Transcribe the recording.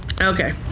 Okay